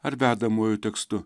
ar vedamojo tekstu